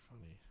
funny